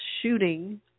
shooting